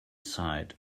sighed